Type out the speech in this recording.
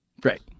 Great